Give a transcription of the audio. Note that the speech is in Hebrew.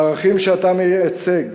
הערכים שאתה מייצג